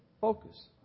Focus